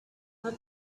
what